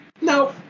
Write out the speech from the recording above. no